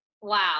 Wow